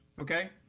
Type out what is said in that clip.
Okay